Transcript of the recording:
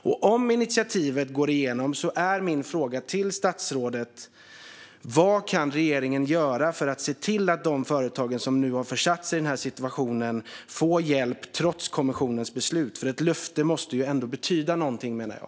Om utskottsinitiativet går igenom är min fråga till statsrådet: Vad kan regeringen göra för att se till att de företag som har försatts i den här situationen får hjälp trots kommissionens beslut? Ett löfte måste ändå betyda något, menar jag.